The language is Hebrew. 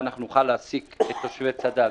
שנוכל להעסיק את יוצאי צד"ל,